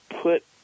put